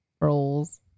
Rolls